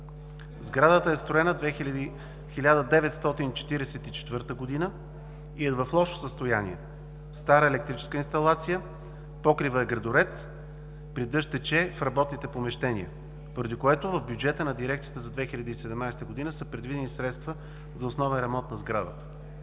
Сградата е строена 1944 г. и е в лошо състояние – стара електрическа инсталация, покривът е гредоред, при дъжд тече в работните помещения, поради което в бюджета на дирекцията за 2017 г. са предвидени средства за основен ремонт на сградата.